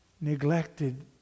neglected